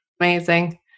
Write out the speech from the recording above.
Amazing